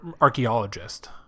Archaeologist